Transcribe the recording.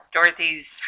Dorothy's